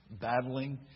battling